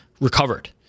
recovered